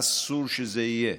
אסור שזה יהיה,